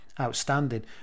outstanding